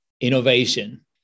innovation